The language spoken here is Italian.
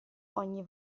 ogni